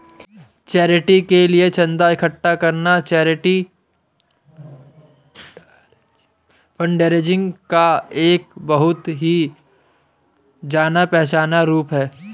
charity के लिए चंदा इकट्ठा करना चैरिटी फंडरेजिंग का एक बहुत ही जाना पहचाना रूप है